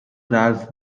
ralph